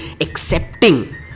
accepting